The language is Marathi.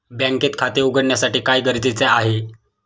बँकेत खाते उघडण्यासाठी काय गरजेचे आहे?